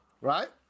right